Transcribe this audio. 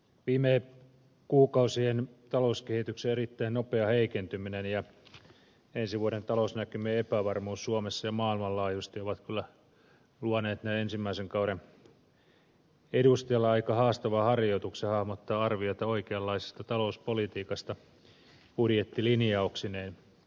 viime kuukausien talouskehityksen erittäin nopea heikentyminen ja ensi vuoden talousnäkymien epävarmuus suomessa ja maailmanlaajuisesti ovat kyllä luoneet näin ensimmäisen kauden edustajalle aika haastavan harjoituksen hahmottaa arviota oikeanlaisesta talouspolitiikasta budjettilinjauksineen